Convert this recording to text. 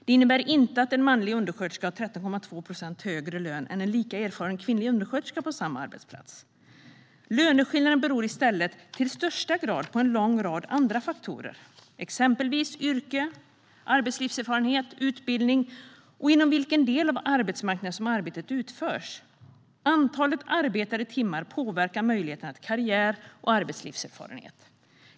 Det innebär inte att en manlig undersköterska har 13,2 procent högre lön än en lika erfaren kvinnlig undersköterska på samma arbetsplats. Löneskillnaden beror i stället i högsta grad på en lång rad andra faktorer, exempelvis yrke, arbetslivserfarenhet, utbildning och inom vilken del av arbetsmarknaden som arbetet utförs. Antalet arbetade timmar påverkar möjligheterna till karriär och arbetslivserfarenhet.